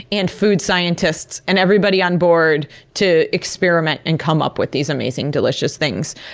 and food scientists, and everybody on board to experiment and come up with these amazing, delicious things.